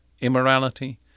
immorality